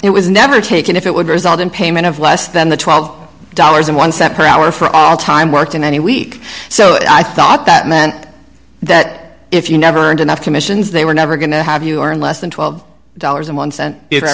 it was never taken if it would result in payment of less than the twelve dollars in one separate hour for our time worked in any week so i thought that meant that if you never earned enough commissions they were never going to have you earn less than twelve dollars a month